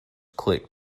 click